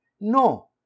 No